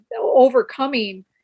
overcoming